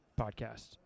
podcast